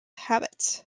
habits